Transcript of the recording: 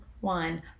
one